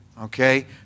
Okay